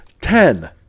Ten